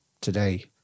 today